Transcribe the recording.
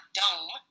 dome